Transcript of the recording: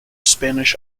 spanish